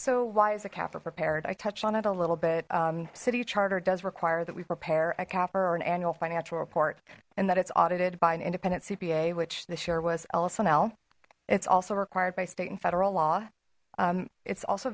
so why is a capper prepared i touched on it a little bit city charter does require that we prepare a capper or an annual financial report and that it's audited by an independent cpa which this year was el sol it's also required by state and federal law it's also